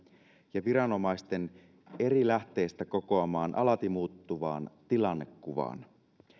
ja viranomaisten eri lähteistä kokoamaan alati muuttuvaan tilannekuvaan